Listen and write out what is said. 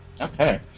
Okay